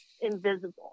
invisible